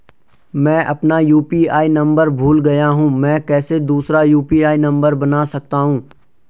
मैं अपना UPI number भूल गया हूँ मैं कैसे दूसरा यु.पी.आई नम्बर बना सकता हूँ?